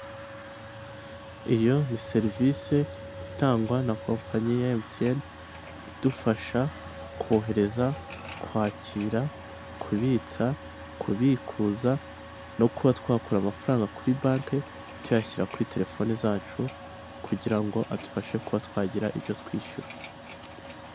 Iyo ni serivisi itangwa na kompanyi emutiyene idufasha kohereza, kwakira, kubitsa, kubikuza no kuba twakura amafaranga kuri banke tuyashyira kuri telefone zacu kugira ngo adufashe kuba twagira ibyo twishyura.